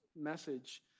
message